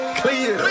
clear